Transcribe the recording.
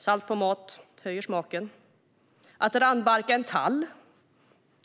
Salt på mat höjer smaken. Att randbarka en tall